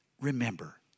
remember